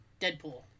deadpool